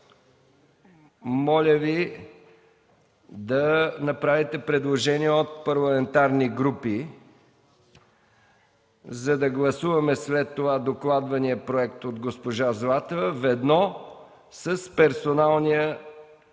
Моля Ви да направите предложения от парламентарните групи, за да гласуваме след това докладвания проект от госпожа Златева ведно с персоналния